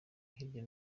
hirya